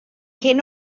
hyn